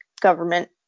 government